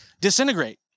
disintegrate